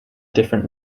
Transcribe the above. different